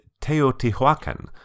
Teotihuacan